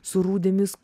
su rūdimis